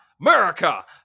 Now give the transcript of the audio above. America